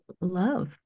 love